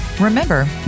Remember